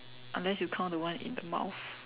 unless you count the one in the mouth